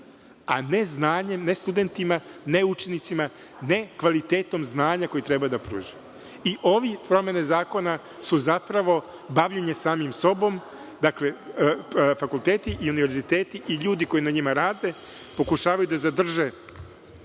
a ne znanjem, ne studentima, ne učenicima, ne kvalitetom znanja koji treba da pruži. Promene zakona su zapravo bavljenje samim sobom, dakle, fakulteti i univerziteti i ljudi koji na njima rade pokušavaju da zadrže